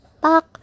back